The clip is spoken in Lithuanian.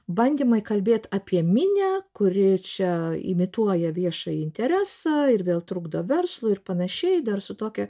bandymai kalbėt apie minią kuri čia imituoja viešąjį interesą ir vėl trukdo verslui ir panašiai dar su tokia